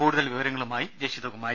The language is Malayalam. കൂടുതൽ വിവരങ്ങളുമായി ജഷിത കുമാരി